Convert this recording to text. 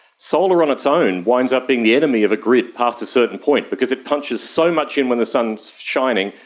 solar on its own winds up being the enemy of a grid past a certain point because it punches so much in when the sun is shining,